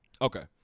Okay